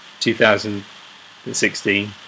2016